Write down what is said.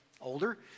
older